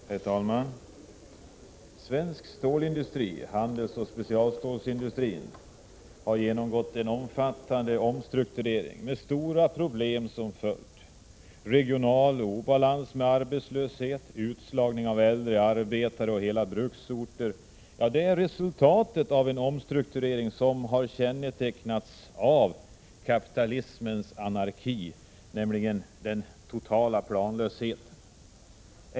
Herr talman! Svensk stålindustri, handelsoch specialstålsindustrin, har genomgått en omfattande omstrukturering, med stora problem som följd. Regional obalans och arbetslöshet, utslagning av äldre arbetare och hela bruksorter är resultatet av en omstrukturering som har kännetecknats av kapitalismens anarki, nämligen den totala planlösheten.